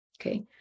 okay